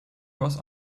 was